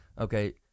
okay